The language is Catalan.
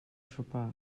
sopar